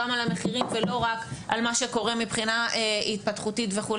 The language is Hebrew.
גם על המחירים ולא רק על מה שקורה מבחינה התפתחותית וכו',